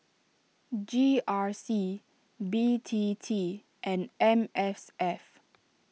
G R C B T T and M S F